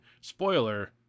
spoiler